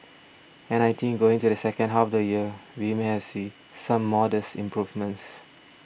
and I think going to the second half of the year we may have see some modest improvements